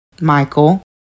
michael